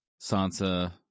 Sansa